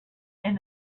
and